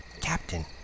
Captain